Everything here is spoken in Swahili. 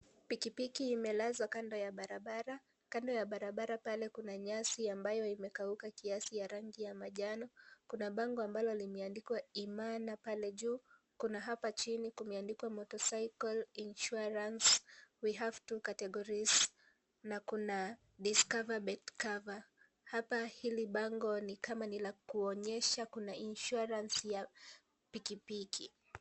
Pikipiki imelazwa kando ya barabara ,kando ya barabara pale kuna nyasi ambayo imekauka kiasi ya rangi ya manjano Kuna bango ambalo limeandikwa Imana pale juu Kuna hapa chini kumeandikwa (cs)Motorcycle Insurance we have two categories (cs)na Kuna (cs)discover betcover (cs)hapa hili bango ni kama nila kuonyesha Kuna (cs)insurance (cs)ya pikipiki.